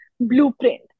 blueprint